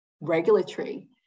regulatory